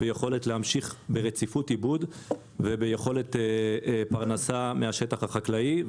יכולת להמשיך ברציפות עיבוד ויכולת פרנסה מהשטח החקלאי.